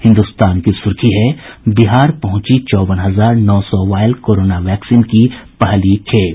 हिन्दुस्तान की सुखी है बिहार पहुंची चौवन हजार नौ सौ वायल कोरोना वैक्सीन की पहली खेप